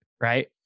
right